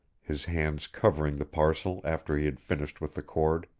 his hands covering the parcel after he had finished with the cord.